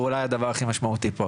ואולי הוא הדבר הכי משמעותי פה.